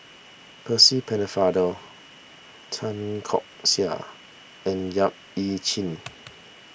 Percy Pennefather Tan Keong Saik and Yap Ee Chian